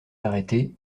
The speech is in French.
arrêté